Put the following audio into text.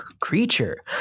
creature